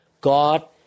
God